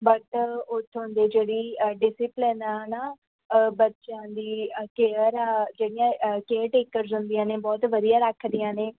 but ਉੱਥੋਂ ਦੇ ਜਿਹੜੀ ਡਿਸਿਪਲਨ ਆ ਹੈ ਨਾ ਬੱਚਿਆਂ ਦੀ ਕੇਅਰ ਆ ਜਿਹੜੀਆਂ ਕੇਅਰਟੇਕਰਸ ਹੁੰਦੀਆਂ ਨੇ ਬਹੁਤ ਵਧੀਆ ਰੱਖਦੀਆਂ ਨੇ